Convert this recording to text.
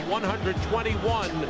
121